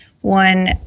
One